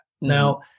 now